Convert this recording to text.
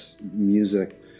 music